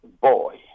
boy